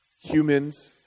Humans